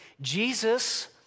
Jesus